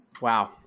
Wow